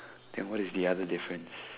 then what is the other difference